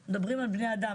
אנחנו מדברים על בני אדם,